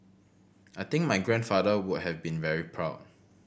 I think my grandfather would have been very proud